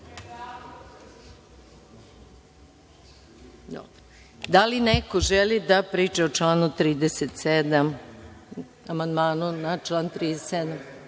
li neko želi da priča o članu 37,